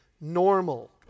normal